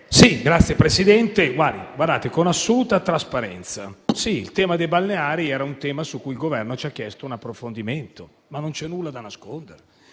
Signor Presidente, con assoluta trasparenza, il tema dei balneari è un tema su cui il Governo ci ha chiesto un approfondimento, ma non c'è nulla da nascondere.